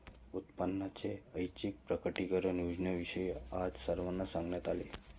उत्पन्नाच्या ऐच्छिक प्रकटीकरण योजनेविषयी आज सर्वांना सांगण्यात आले